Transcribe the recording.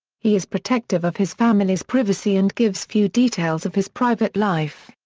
he is protective of his family's privacy and gives few details of his private life.